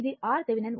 ఇది RThevenin